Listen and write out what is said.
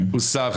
הרוויזיה הוסרה.